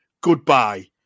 goodbye